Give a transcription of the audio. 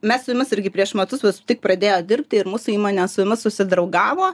mes su jumis irgi prieš metus jūs tik pradėjot dirbti ir mūsų įmonė su jumis susidraugavo